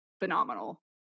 phenomenal